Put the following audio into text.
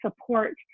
support